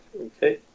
okay